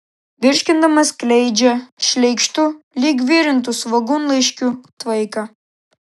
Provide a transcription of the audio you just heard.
virškindama skleidžia šleikštu lyg virintų svogūnlaiškių tvaiką